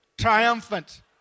triumphant